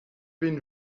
been